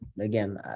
Again